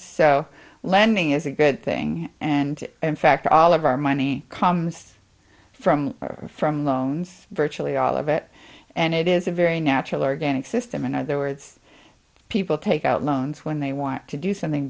so lending is a good thing and in fact all of our money comes from from loans virtually all of it and it is a very natural organic system in other words people take out loans when they want to do something